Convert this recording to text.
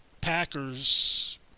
Packers